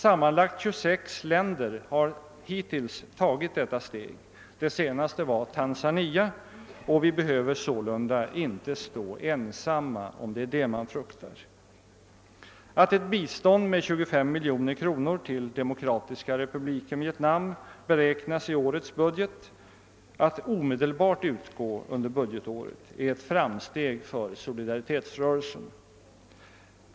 Sammanlagt 26 länder har hittills tagit detta steg — det senaste var Tanzania — och vi behöver sålunda inte stå ensamma, om det är vad man fruktar. Att ett bistånd med 25 miljoner kronor till Demokratiska republiken Vietnam beräknas i årets budget att omedelbart utgå under budgetåret är ett framsteg för solidaritetsrörelsen.